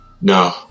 no